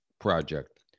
Project